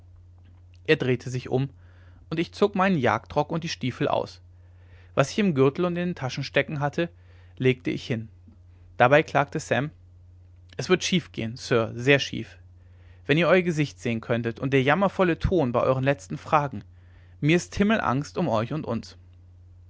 er drehte sich um und ich zog meinen jagdrock und die stiefel aus was ich im gürtel und in den taschen stecken hatte legte ich hin dabei klagte sam es wird schief gehen sir sehr schief wenn ihr euer gesicht sehen könntet und der jammervolle ton bei euren letzten fragen mir ist himmelangst um euch und uns